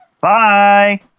Bye